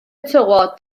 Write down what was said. tywod